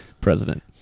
president